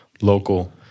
local